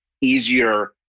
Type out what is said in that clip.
easier